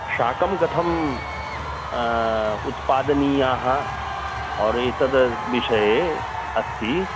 शाकाः कथं उत्पादनीयाः ओर् एतद् विषये अस्ति